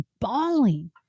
bawling